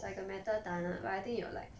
cycle matter tunnel like I think you will like